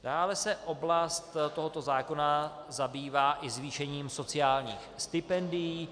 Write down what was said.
Dále se oblast tohoto zákona zabývá i zvýšením sociálních stipendií.